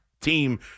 team